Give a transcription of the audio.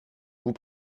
vous